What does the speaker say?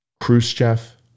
Khrushchev